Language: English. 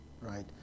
right